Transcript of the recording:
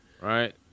right